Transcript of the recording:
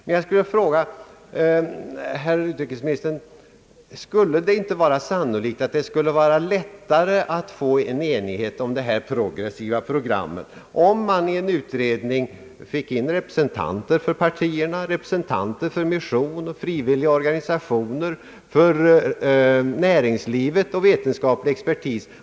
Man jag skulle vilja fråga herr utrikesministern: Vore det inte sannolikt lättare att nå enighet kring detta progressiva program om man i en utredning fick in representanter för de politiska partierna, för mission och frivilliga organisationer, för näringsliv och vetenskaplig expertis?